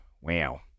Wow